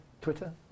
Twitter